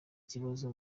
kibazo